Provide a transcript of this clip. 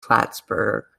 plattsburgh